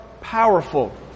powerful